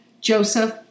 Joseph